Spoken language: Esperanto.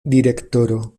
direktoro